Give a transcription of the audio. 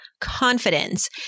confidence